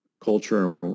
culture